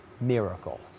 miracle